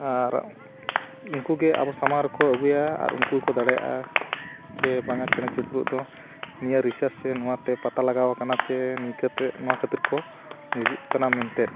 ᱟᱨ ᱩᱱᱠᱩ ᱜᱮ ᱟᱵᱚ ᱥᱟᱢᱟᱝ ᱨᱮᱠᱚ ᱟᱹᱜᱩᱭᱟ ᱟᱨ ᱩᱱᱠᱩ ᱜᱮᱠᱚ ᱫᱟᱲᱮᱭᱟᱜᱼᱟ ᱡᱮ ᱵᱟᱝᱼᱟ ᱪᱮᱬᱮ ᱪᱩᱯᱨᱩᱫ ᱫᱚ ᱱᱤᱭᱟᱹ ᱨᱤᱥᱟᱨᱪ ᱥᱮ ᱱᱚᱣᱟᱛᱮ ᱯᱟᱛᱟ ᱞᱟᱜᱟᱣ ᱠᱟᱱᱟ ᱡᱮ ᱱᱤᱝᱠᱟᱹᱛᱮ ᱱᱚᱣᱟ ᱠᱷᱟᱹᱛᱤᱨ ᱠᱚ ᱜᱩᱡᱩᱜ ᱠᱟᱱᱟ ᱢᱮᱱᱛᱮ